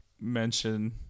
mention